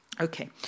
Okay